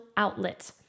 outlet